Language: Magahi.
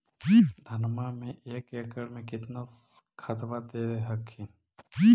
धनमा मे एक एकड़ मे कितना खदबा दे हखिन?